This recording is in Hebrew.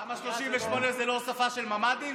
תמ"א 38 זה לא הוספה של ממ"דים?